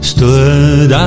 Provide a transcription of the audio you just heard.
Stood